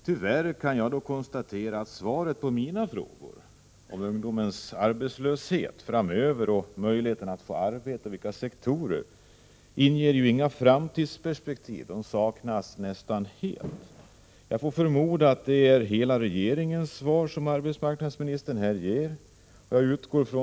Tyvärr kan jag konstatera att svaret på mina frågor — om ungdomens arbetslöshet framöver och möjligheten att få arbete och på vilka sektorer — inte ger några framtidsperspektiv. Dessa saknas nästan helt. Jag får förmoda att arbetsmarknadsministern här ger hela regeringens svar.